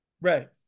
Right